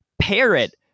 parrot